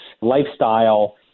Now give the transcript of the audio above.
lifestyle